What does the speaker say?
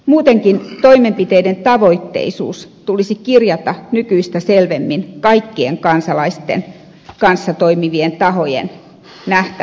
muutenkin toimenpiteiden tavoitteisuus tulisi kirjata nykyistä selvemmin kaikkien kansalaisten kanssa toimivien tahojen nähtäväksi